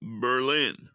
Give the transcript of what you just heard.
Berlin